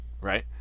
right